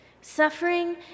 Suffering